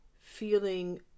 feeling